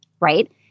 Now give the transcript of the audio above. Right